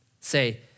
say